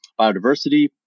biodiversity